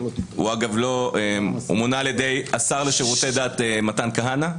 אגב, הוא מונה על ידי השר לשירותי דת מתן כהנא.